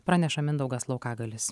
praneša mindaugas laukagalis